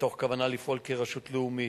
מתוך כוונה לפעול כרשות לאומית,